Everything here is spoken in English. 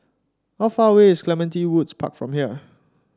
how far away is Clementi Woods Park from here